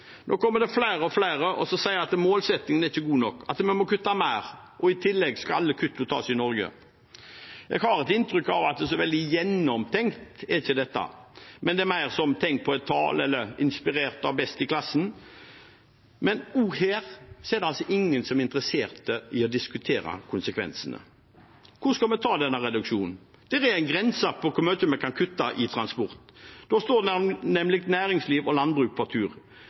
Nå kommer flere og flere og sier at målsettingen ikke er god nok, at vi må kutte mer, og i tillegg skal alle kutt tas i Norge. Jeg har inntrykk av at det ikke er så veldig gjennomtenkt, men det er mer som tenk på et tall eller inspirert av best i klassen. Men her er ingen interessert i å diskutere konsekvensene. Hvor skal vi ta denne reduksjonen? Det er en grense for hvor mye vi kan kutte i transport. Da står nemlig næringsliv og landbruk for tur.